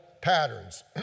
patterns